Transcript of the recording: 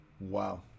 Wow